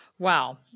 Wow